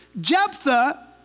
Jephthah